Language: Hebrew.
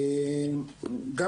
בנוסף,